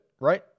right